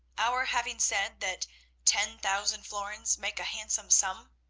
our having said that ten thousand florins make a handsome sum.